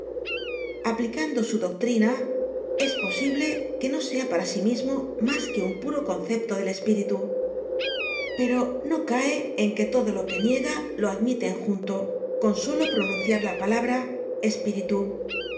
aplicando su doctrina es posible que no sea para sí mismo mas que un puro concepto del espíritu pero no cae en que todo lo que niega lo admite en junto con solo pronunciar la palabra espíritu